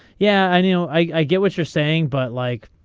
yeah i know i get what you're saying but like.